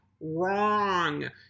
wrong